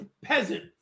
Peasant